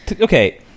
Okay